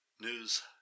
news